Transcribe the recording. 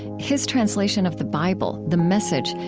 his translation of the bible, the message,